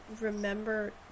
remember